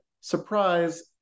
surprise